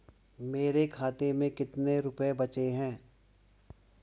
मेरे खाते में कितने रुपये बचे हैं?